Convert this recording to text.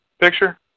picture